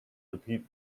repeat